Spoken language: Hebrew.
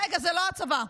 רגע, זה לא הצבא.